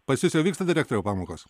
pas jus jau vyksta direktoriau pamokos